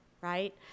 right